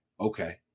okay